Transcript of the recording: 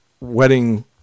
wedding